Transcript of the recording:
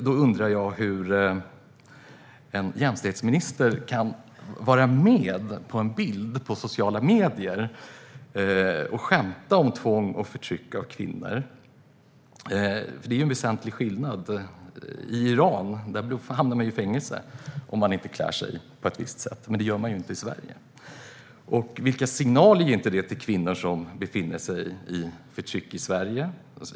Jag undrar hur en jämställdhetsminister kan vara med på en bild i sociala medier och skämta om tvång och förtryck av kvinnor. Det är en väsentlig skillnad: I Iran hamnar man i fängelse om man inte klär sig på ett visst sätt, men det gör man inte i Sverige. Vilka signaler ger detta till kvinnor som i hederns namn förtrycks i Sverige?